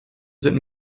sind